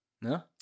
No